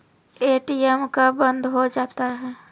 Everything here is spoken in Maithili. ए.टी.एम कब बंद हो जाता हैं?